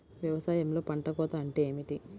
వ్యవసాయంలో పంట కోత అంటే ఏమిటి?